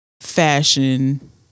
fashion